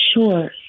Sure